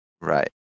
Right